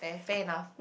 and fair enough